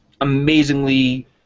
amazingly